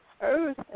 Earth